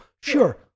sure